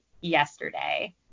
yesterday